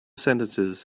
sentences